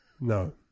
No